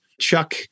Chuck